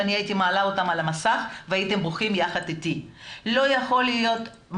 אני מעלה אותן עלה מסך והייתם בוכים יחד אתי לא יכול שאותן